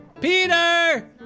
Peter